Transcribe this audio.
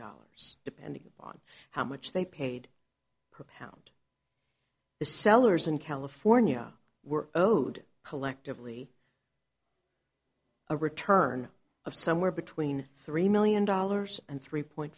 dollars depending on how much they paid per pound the sellers in california were owed collectively a return of somewhere between three million dollars and three point